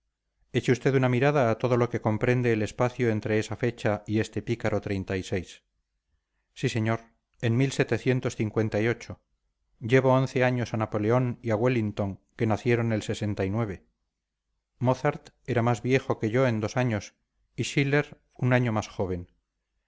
eche usted una mirada a todo lo que comprende el espacio entre esa fecha y este pícaro sí señor en llevo once años a napoleón y a wellington que nacieron el mozart era más viejo que yo en dos años y schiller un año más joven